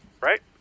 right